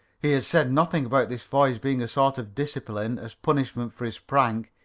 he had said nothing about this voyage being a sort of discipline as punishment for his prank.